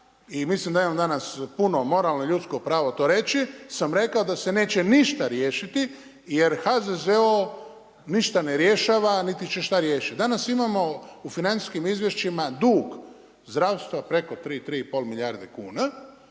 mislim da imamo danas puno moralno ljudsko pravo to reći, sam rekao da se neće ništa riješiti, jer HZZO ništa ne rješava niti će šta riješiti. Danas imamo u financijskim izvješćima dug zdravstva preko 3 3,5 milijardi kuna